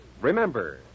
remember